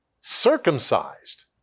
circumcised